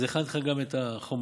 אז הכנתי לך גם את החומרים.